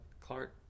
Clark